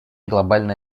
глобальная